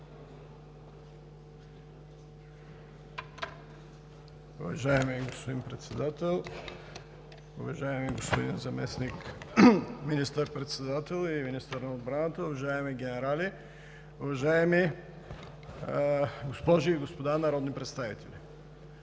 уважаеми дами и господа народни представители,